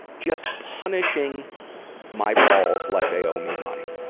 just punishing my balls like they owe me money.